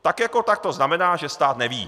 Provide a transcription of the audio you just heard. Tak jako tak to znamená, že stát neví.